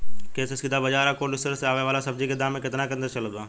खेत से सीधा बाज़ार आ कोल्ड स्टोर से आवे वाला सब्जी के दाम में केतना के अंतर चलत बा?